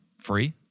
free